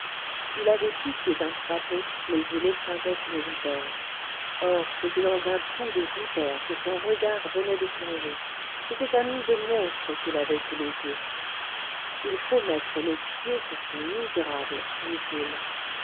il avait pitié d'un crapaud mais il écrasait une vipère or c'était dans un trou de vipères que son regard venait de plonger c'était un nid de monstres qu'il avait sous les yeux il faut mettre le pied sur ces misérables dit-il